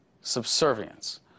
subservience